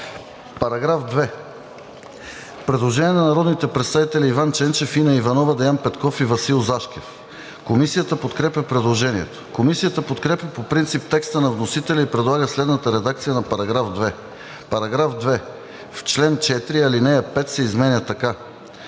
По § 2 има предложение на народните представители Иван Ченчев, Инна Иванова, Деян Петков и Васил Зашкев. Комисията подкрепя предложението. Комисията подкрепя по принцип текста на вносителя и предлага следната редакция на § 2: „§ 2. В чл. 4 ал. 5 се изменя така: